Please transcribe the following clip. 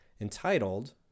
entitled